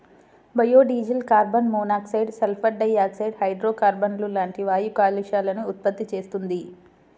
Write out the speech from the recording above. biodiesel carbon monoxide, sulphur dioxide, హైడ్రోకార్బన్లు లాంటి వాయు కాలుష్యాలను ఉత్పత్తి చేస్తుంది